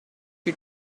you